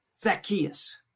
Zacchaeus